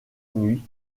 nuit